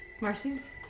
Marcy's